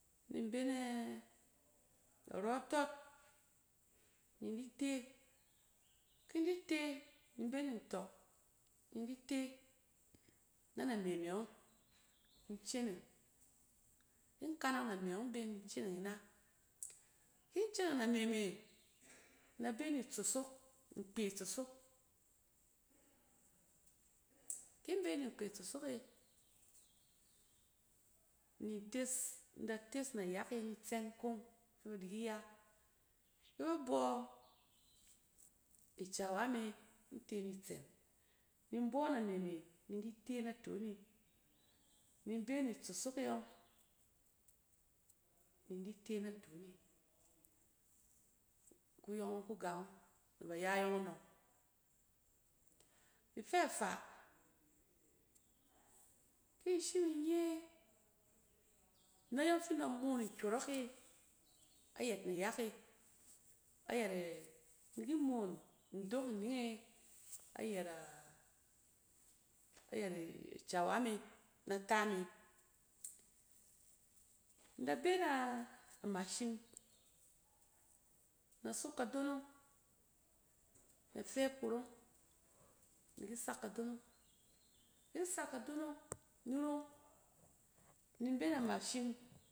Ni in benen a rↄtst ni in di te, ki in di te ni in be ni ntↄk ni in di ten a name me ↄng ni inceneng. In kanang name yↄng ben ni inceneng inɛ. Kin ceneng name me in da be ni tsosok, nkpe itsosok, ki in be ni nkpe itsosok e ni intes, in da tes nayak e ni itsɛn kong fɛ ba diki ya, kɛ ba bↄ kawa me ba tene nitsɛn, ni inbↄ name me ni in di te naton e, ni in be ni tsosok e yↄng ni in di te naton e. Kuyↄng ↄng ku gan ↄng nɛ bay a yↄng. Ifɛ faa, kin shim nye nayↄng fɛ in da moon nkyↄrↄk e ayɛt nayak e, ayɛt a in diki moon ndok ining e ayɛt a, ayɛt a cawa me na ta me in da be na a mashing, in da sok kadonong in da fɛp kurong, ni ki sak kadonong. Kin sak kadonong ni rong, ni in be na mashing.